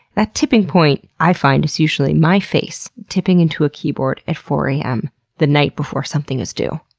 that tipping point, i find, is usually my face tipping into a keyboard at four am the night before something is due.